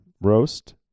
roast